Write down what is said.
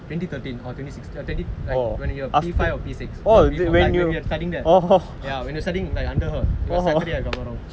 twenty thirteen or twenty six or like twenty or when you were P five or P six not before when we were studying there like ya when we were studying under her it was saturday if I'm not wrong